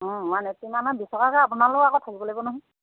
অঁ one eighty মানে বিছ টকাকৈ আপোনালৈয়ো আকৌ থাকিব লাগিব নহয়